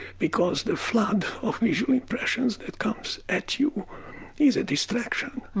because the flood of visual impressions that comes at you is a distraction.